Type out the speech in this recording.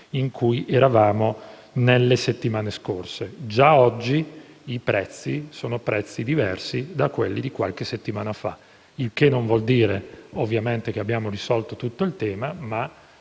in cui eravamo nelle settimane scorse. Già oggi i prezzi sono diversi da quelli di qualche settimana fa, il che non vuol dire, ovviamente, che abbiamo risolto tutto il tema, ma